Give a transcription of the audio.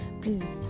please